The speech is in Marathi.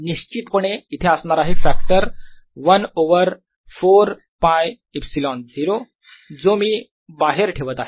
निश्चितपणे इथे असणार आहे फॅक्टर 1 ओवर 4 πε0 जो मी बाहेर ठेवत आहे